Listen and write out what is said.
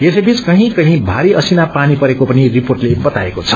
यसै बीच कहीं कहीं भारी असिना पानी परेको पनि रिपोर्टले बताएको छ